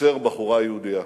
עוצר בחורה יהודייה.